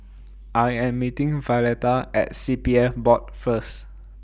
I Am meeting Violetta At C P F Board First